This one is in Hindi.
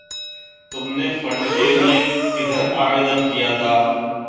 तुमने फंड के लिए किधर आवेदन किया था?